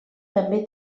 també